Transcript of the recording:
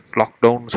lockdown